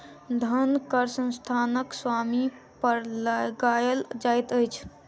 धन कर संस्थानक स्वामी पर लगायल जाइत अछि